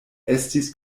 estis